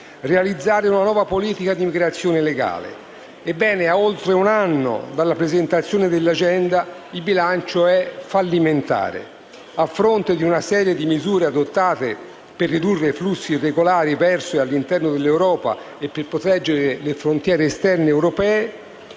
realizzare una nuova politica di migrazione locale. Ebbene, dopo oltre un anno dalla presentazione dell'agenda, il bilancio è fallimentare. A fronte di una serie di misure adottate per ridurre i flussi irregolari verso e all'interno dell'Europa e per proteggere le frontiere esterne europee,